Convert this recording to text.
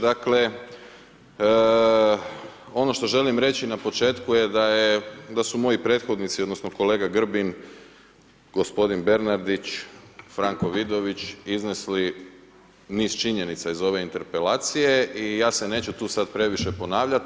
Dakle, ono što želim reći na početku je da su moji prethodnici odnosno kolega Grbin, gospodin Bernardić, Franko Vidović iznesli niz činjenica iz ove interpelacije i ja se neću tu sada previše ponavljati.